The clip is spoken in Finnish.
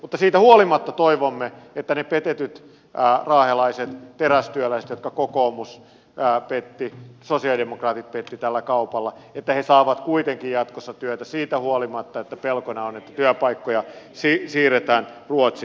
mutta siitä huolimatta toivomme että ne petetyt raahelaiset terästyöläiset jotka kokoomus petti sosialidemokraatit petti tällä kaupalla saavat kuitenkin jatkossa työtä siitä huolimatta että pelkona on että työpaikkoja siirretään ruotsiin